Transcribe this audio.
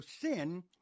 sin